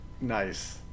Nice